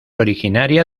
originaria